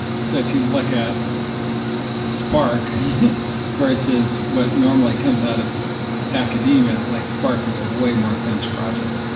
so if you look at spark versus what normally comes out of academia, like spark was a way more finished project.